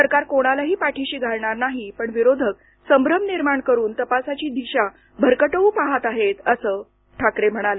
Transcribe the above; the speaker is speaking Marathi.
सरकार कोणालाही पाठीशी घालणार नाही पण विरोधक संभ्रम निर्माण करून तपासाची दिशा भरकटवू पहात आहेत असं ठाकरे म्हणाले